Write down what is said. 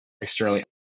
externally